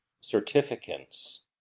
certificates